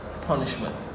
punishment